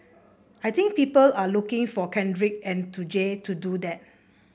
I think people are looking for Kendrick and to Jay to do that